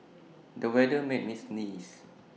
the weather made me sneeze